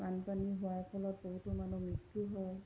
বানপানী হোৱাৰ ফলত বহুতো মানুহ মৃত্যু হয়